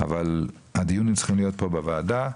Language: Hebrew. אבל הדיונים צריכים להיות פה בוועדה.